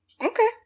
Okay